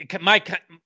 Mike